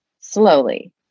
slowly